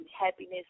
happiness